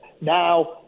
now